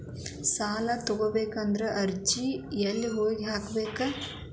ಸಾಲ ತಗೋಬೇಕಾದ್ರೆ ಅರ್ಜಿ ಎಲ್ಲಿ ಹೋಗಿ ಹಾಕಬೇಕು?